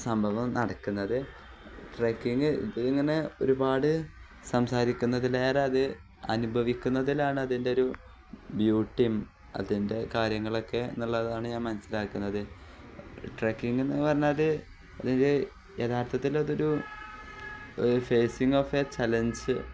സംഭവം നടക്കുന്നത് ട്രക്കിങ് ഇങ്ങനെ ഒരുപാട് സംസാരിക്കുന്നതിലേറെ അത് അനുഭവിക്കുന്നതിലാണ് അതിൻ്റെ ഒരു ബ്യൂട്ടിയും അതിൻ്റെ കാര്യങ്ങളൊക്കെ എന്നുള്ളതാണ് ഞാൻ മനസ്സിലാക്കുന്നത് ട്രക്കിങ്ങെന്ന് പറഞ്ഞാൽ അതിൻ്റെ യഥാർത്ഥത്തിൽ അതൊരു ഫേസിങ്ങ് ഓഫ് എ ചെലഞ്ച്